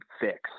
fix